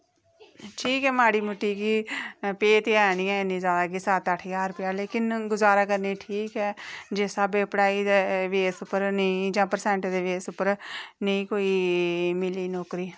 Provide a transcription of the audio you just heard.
ठीक ऐ माड़ी मुट्टी की ते पे ते निं इन्नी इ'यै सत्त अट्ठ ज्हार रपेआ लेकिन गुजारा करने गी ठीक ऐ ते जिस स्हाबै दी पढ़ाई दे बेस उप्पर नेईं जां परसैंट दे बेस उप्पर नेईं कोई मिली नौकरी